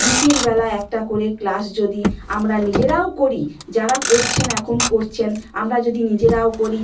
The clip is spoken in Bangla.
বিকেলবেলা একটা করে ক্লাস যদি আমরা নিজেরাও করি যারা করছেন এখন করছেন আমরা যদি নিজেরাও করি